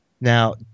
Now